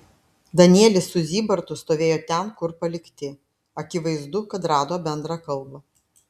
danielis su zybartu stovėjo ten kur palikti akivaizdu kad rado bendrą kalbą